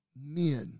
men